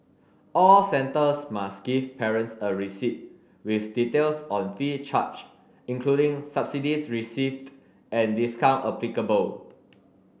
all centres must give parents a receipt with details on fee charged including subsidies received and discount applicable